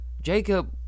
Jacob